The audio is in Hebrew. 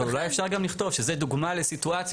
אבל אולי אפשר גם לכתוב שזה דוגמה לסיטואציה.